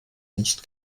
nicht